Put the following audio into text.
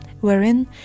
wherein